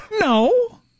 No